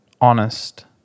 honest